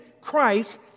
Christ